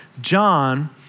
John